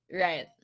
Right